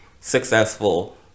successful